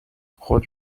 خود